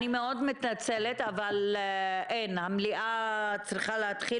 אני מתנצלת אבל ישיבת המליאה צריכה להתחיל